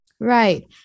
Right